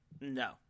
no